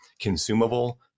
consumable